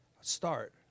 Start